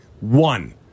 one